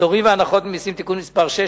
(פטורים והנחות ממסים) (תיקון מס' 6),